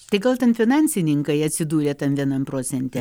tai gal ten finansininkai atsidūrė tam vienam procente